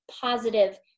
positive